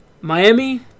Miami